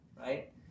right